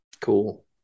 Cool